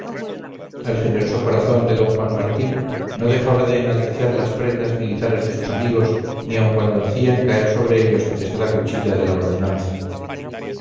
el generoso corazón de d juan martín no dejaba de enaltecer las prendas militares de sus amigos ni aun cuando hacía caer sobre ellos la pesada cuchilla de la ordenanza